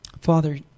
Father